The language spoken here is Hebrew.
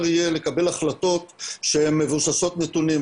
יהיה לקבל החלטות שהן מבוססות נתונים,